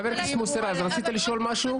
חבר הכנסת מוסי רז, רצית לשאול משהו.